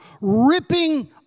ripping